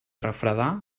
refredar